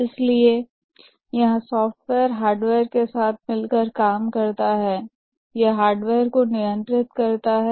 इसलिए यहां software hardware के साथ मिलकर काम करता है यह हार्डवेयर को नियंत्रित करता है